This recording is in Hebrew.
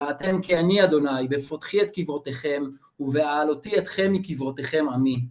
וידעתם כי אני, אדוני, בפותחי את קברותיכם, ובהעלותי אתכם מקברותיכם, עמי.